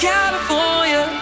California